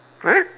!huh!